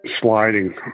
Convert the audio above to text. sliding